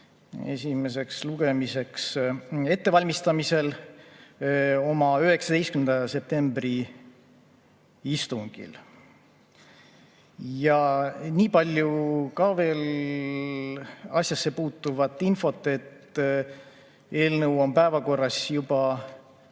esimeseks lugemiseks ettevalmistamisel oma 19. septembri istungil. Niipalju veel asjasse puutuvat infot, et eelnõu on olnud päevakorras juba